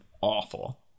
awful